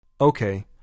Okay